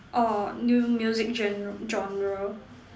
orh new music general genre